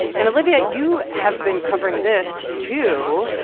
and, olivia, you have been covering this, too.